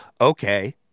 Okay